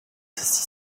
six